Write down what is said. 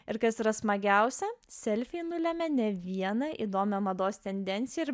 ir kas yra smagiausia silvija nulemia ne vieną įdomią mados tendenciją ir